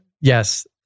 Yes